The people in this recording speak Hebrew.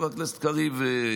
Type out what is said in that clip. חבר הכנסת קריב,